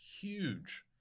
huge